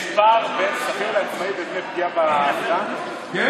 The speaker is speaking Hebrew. לא, יש פער בין שכיר לעצמאי בדמי פגיעה, כן.